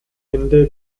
ende